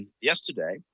yesterday